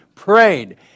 prayed